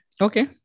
Okay